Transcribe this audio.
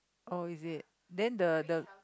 oh is it then the the